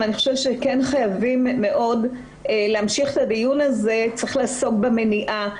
אבל חייבים להמשיך את הדיון וצריך לעסוק במניעה.